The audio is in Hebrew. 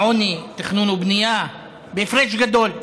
העוני, תכנון ובנייה, בהפרש גדול.